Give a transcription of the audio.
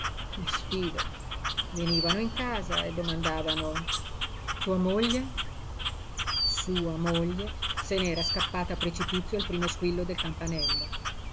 a uno sfido venivano in casa domandavano tua moglie sua moglie se n'era scappata a precipizio al primo squillo del campanello